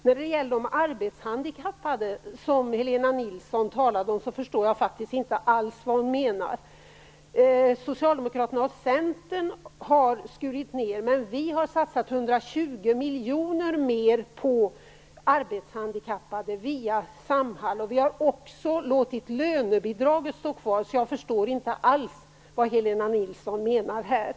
När det gäller de arbetshandikappade, förstår jag inte alls vad Helena Nilsson menar. Socialdemokraterna och Centern har skurit ned, men vi har satsat 120 miljoner mer på arbetshandikappade, via Samhall. Vi har också låtit lönebidraget stå kvar. Jag förstår inte alls vad Helena Nilsson menar här.